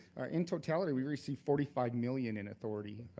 in totality, we receive forty five million in authority,